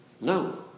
No